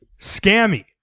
Scammy